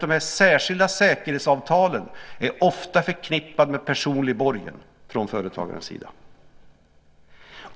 De särskilda säkerhetsavtalen är ofta förknippade med personlig borgen från företagarens sida.